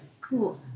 cool